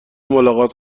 ملاقات